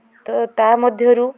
ତ ତା' ମଧ୍ୟରୁ